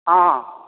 हॅं